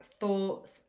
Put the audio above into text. thoughts